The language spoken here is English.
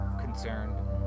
concerned